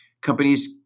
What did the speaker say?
companies